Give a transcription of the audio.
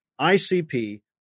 ICP